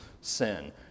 sin